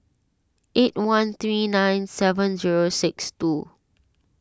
eight one three nine seven zero six two